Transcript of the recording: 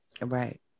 Right